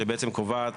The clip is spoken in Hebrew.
שקובעת